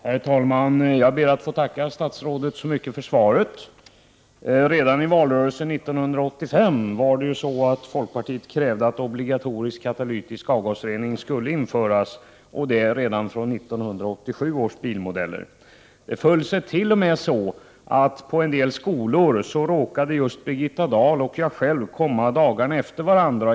Herr talman! Jag ber att få tacka statsrådet så mycket för svaret. Redan i valrörelsen 1985 krävde vi i folkpartiet att obligatorisk katalytisk avgasrening skulle införas från 1987 års bilmodeller. En del skolor råkade just Birgitta Dahl och jag besöka med bara några dagars mellanrum.